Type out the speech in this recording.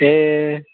ए